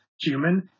human